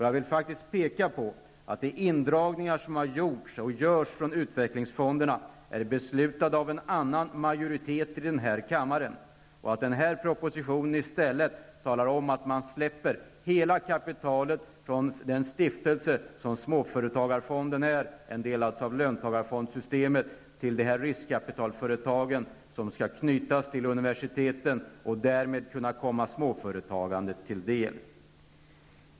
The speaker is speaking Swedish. Jag vill faktiskt peka på att de indragningar som har gjorts och görs från utvecklingsfonderna är beslutade av en annan majoritet i denna kammare och att det i denna proposition i stället talas om att man skall släppa hela kapitalet från den stiftelse som småföretagarfonden är, alltså en del av löntagarfondssystemet, till dessa riskkapitalföretag, som skall knytas till universiteten och därmed kunna komma småföretagen till del.